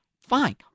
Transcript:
Fine